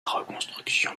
reconstruction